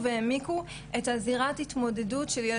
על דעתנו שילדים ונוער מתמודדים איתם.